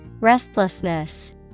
Restlessness